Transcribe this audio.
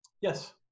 yes